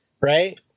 right